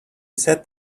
set